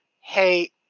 hey